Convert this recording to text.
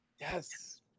Yes